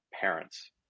parents